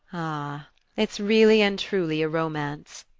ah it's really and truly a romance?